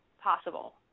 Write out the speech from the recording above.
possible